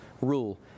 rule